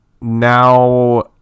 now